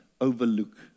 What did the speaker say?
overlook